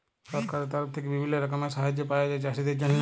সরকারের তরফ থেক্যে বিভিল্য রকমের সাহায্য পায়া যায় চাষীদের জন্হে